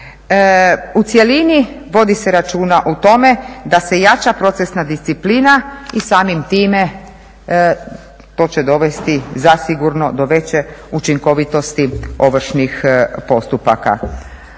U cjelini vodi se računa o tome da se jača procesna disciplina i samim time to će dovesti zasigurno do veće učinkovitosti ovršnih postupaka.